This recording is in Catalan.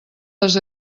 les